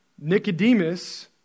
Nicodemus